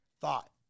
thought